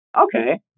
Okay